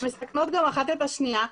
והן מסכנות גם אחת את השנייה.